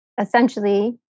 essentially